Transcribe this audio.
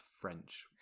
French